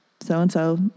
so-and-so